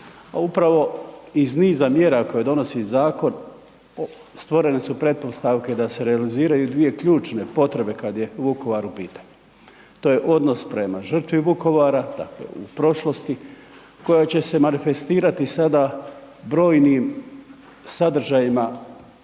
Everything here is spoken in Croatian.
upravo iz niza mjera koje donosi zakon, stvorene su pretpostavke da se realiziraju dvije ključne potrebe kad je Vukovaru u pitanju. To je odnos prema žrtvi Vukovara, dakle u prošlosti koja će se manifestirati sada brojnim sadržajima,